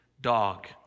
dog